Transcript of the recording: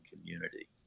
community